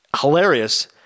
hilarious